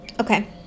Okay